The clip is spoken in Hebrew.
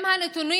אם הנתונים